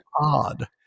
odd